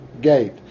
gate